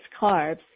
carbs